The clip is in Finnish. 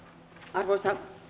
arvoisa